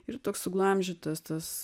ir toks suglamžytas tas